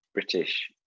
British